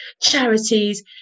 charities